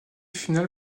finale